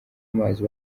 amazi